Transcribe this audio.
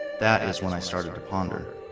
that is when i started to ponder